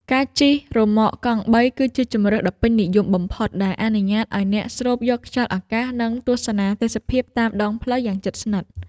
ការជិះរ៉ឺម៉កកង់បី គឺជាជម្រើសដ៏ពេញនិយមបំផុត ដែលអនុញ្ញាតឱ្យអ្នកស្រូបយកខ្យល់អាកាស និងទស្សនាទេសភាពតាមដងផ្លូវយ៉ាងជិតស្និទ្ធ។